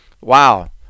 Wow